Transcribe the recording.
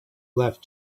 left